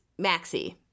Maxi